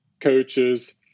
coaches